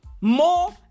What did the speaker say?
More